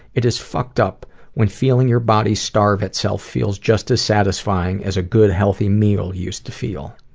it is fucked up when feeling your body starve itself feels just as satisfying as a good healthy meal used to feel.